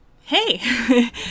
Hey